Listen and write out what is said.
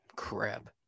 Crap